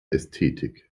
ästhetik